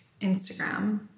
Instagram